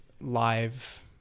live